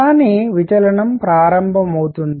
కానీ విచలనం ప్రారంభమవుతుంది